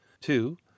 Two